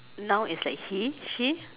now is like he she